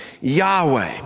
Yahweh